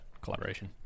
collaboration